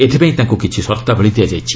ଏଥିପାଇଁ ତାଙ୍କୁ କିଛି ସର୍ତ୍ତାବଳୀ ଦିଆଯାଇଛି